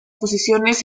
posiciones